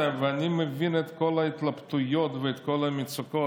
אני מבין את כל ההתלבטויות ואת כל המצוקות.